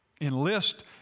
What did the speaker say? enlist